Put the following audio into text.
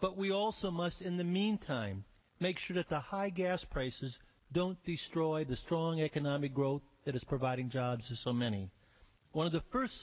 but we also must in the meantime make sure that the high gas prices don't destroy the strong economic growth that is providing jobs for so many one of the first